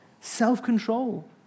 self-control